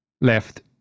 left